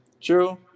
true